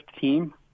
team